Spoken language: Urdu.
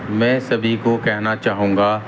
میں سبھی کو کہنا چاہوں گا